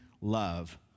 love